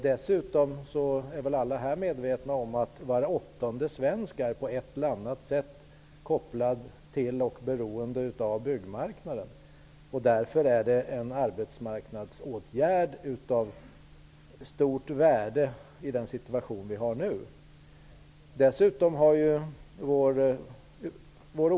Dessutom är väl alla här medvetna om att var åttonde svensk på ett eller annat sätt är kopplad till eller beroende av byggmarknaden. Därför är detta i nuvarande situation en arbetsmarknadsåtgärd av stort värde.